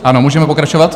Ano, můžeme pokračovat?